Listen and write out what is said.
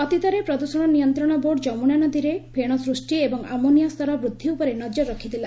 ଅତୀତରେ ପ୍ରଦୃଷଣ ନିୟନ୍ତ୍ରଣ ବୋର୍ଡ୍ ଯମୁନା ନଦୀରେ ଫେଣ ସୃଷ୍ଟି ଏବଂ ଆମୋନିଆ ସ୍ତର ବୃଦ୍ଧି ଉପରେ ନଜର ରଖିଥିଲା